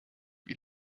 wie